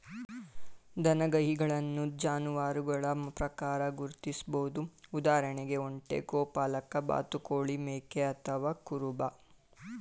ದನಗಾಹಿಗಳನ್ನು ಜಾನುವಾರುಗಳ ಪ್ರಕಾರ ಗುರ್ತಿಸ್ಬೋದು ಉದಾಹರಣೆಗೆ ಒಂಟೆ ಗೋಪಾಲಕ ಬಾತುಕೋಳಿ ಮೇಕೆ ಅಥವಾ ಕುರುಬ